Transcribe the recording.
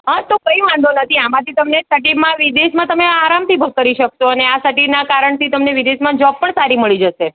હા તો કંઈ વાંધો નથી આમાંથી તમને સર્ટિમાં વિદેશમાં તમે આરામથી કરી શકશો અને આ સર્ટિના કારણથી તમને વિદેશમાં જોબ પણ સારી મળી જશે